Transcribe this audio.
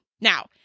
Now